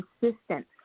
consistent